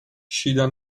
შიდა